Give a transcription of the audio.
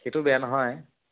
সেইটোও বেয়া নহয়